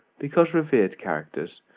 because revered characters,